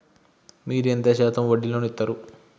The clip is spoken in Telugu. మీరు ఎంత శాతం వడ్డీ లోన్ ఇత్తరు?